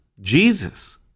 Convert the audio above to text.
Jesus